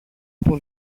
από